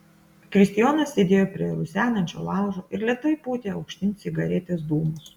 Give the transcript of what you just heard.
kristijonas sėdėjo prie rusenančio laužo ir lėtai pūtė aukštyn cigaretės dūmus